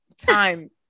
time